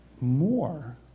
more